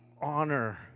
honor